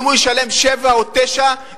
אם הוא ישלם 7,000 או 9,000,